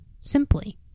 simply